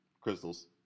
Crystals